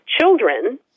children